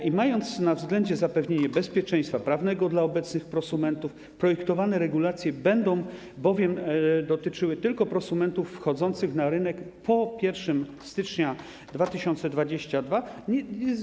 I mając na względzie zapewnienie bezpieczeństwa prawnego dla obecnych prosumentów, projektowane regulacje będą bowiem dotyczyły tylko prosumentów wchodzących na rynek po 1 stycznia 2022 r.